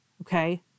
okay